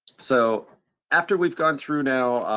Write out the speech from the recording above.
so after we've gone through now,